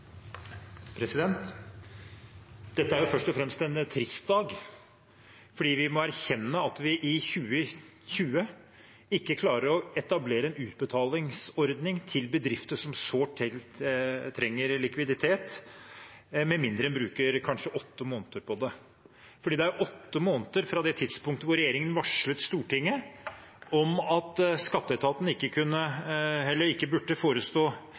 fremst en trist dag, fordi vi må erkjenne at vi i 2020 ikke klarer å etablere en utbetalingsordning til bedrifter som sårt trenger likviditet, med mindre en kanskje bruker åtte måneder på det. For det er åtte måneder fra det tidspunktet regjeringen varslet Stortinget om at skatteetaten ikke